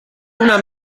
una